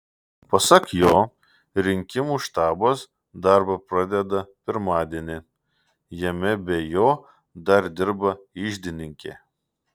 pasak jo rinkimų štabas darbą pradeda pirmadienį jame be jo dar dirba iždininkė